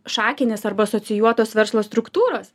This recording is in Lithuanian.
šakinės arba asocijuotos verslo struktūros